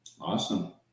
Awesome